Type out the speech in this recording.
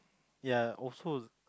ya also